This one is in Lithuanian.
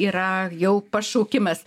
yra jau pašaukimas